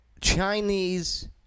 Chinese